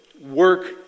work